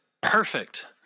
perfect